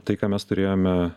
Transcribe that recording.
tai ką mes turėjome